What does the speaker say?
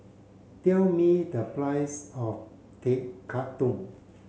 tell me the price of Tekkadon